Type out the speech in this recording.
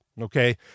Okay